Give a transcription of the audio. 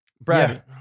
Brad